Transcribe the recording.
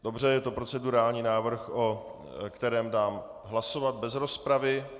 Dobře, je to procedurální návrh, o kterém dám hlasovat bez rozpravy.